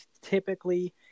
typically